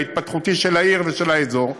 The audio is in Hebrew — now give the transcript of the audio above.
ההתפתחותי של העיר ושל האזור,